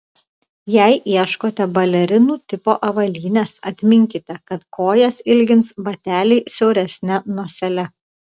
jei ieškote balerinų tipo avalynės atminkite kad kojas ilgins bateliai siauresne nosele